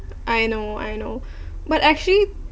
I know I know but actually